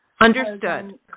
Understood